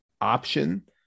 Option